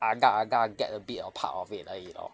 agak-agak get a bit or part of it 而已 lor